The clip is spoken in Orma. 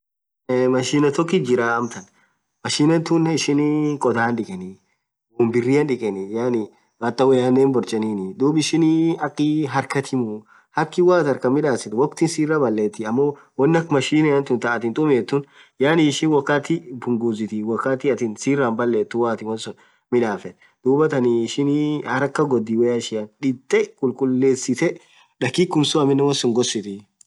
Aaaa machine tokkit jirah amtan machine thunen ishinii khodhan dhikeni wonn biriran dhikeni hataa woyyanen hin borchenini dhub ishin akhii harkhatimuu hatkhi wooathin harkhan midhasithu wokhtin sirra balethi ammo wonn akha machine khaa atin tumethu khun yaani ishin wakhati punguzithi wakhati atin sira hin balethu woathin wonsun midhafethu dhuathan ishinii haraka ghodii woyya ishia dhithee khulkhullesithe dhakikum suun won sunn ghosithi